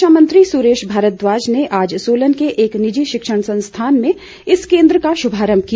शिक्षा मंत्री सुरेश भारद्वाज ने आज सोलन के एक निजी शिक्षण संस्थान में इस केन्द्र का शुभारम्भ किया